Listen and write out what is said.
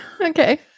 Okay